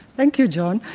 thank you, john.